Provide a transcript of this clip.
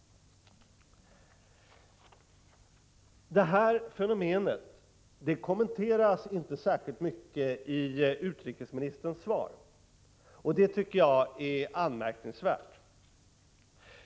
Det fenomenet kommenteras inte särskilt mycket i utrikesministerns svar. Det tycker jag är anmärkningsvärt.